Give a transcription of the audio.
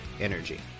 energy